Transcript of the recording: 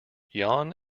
yan